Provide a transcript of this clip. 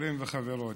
חברים וחברות,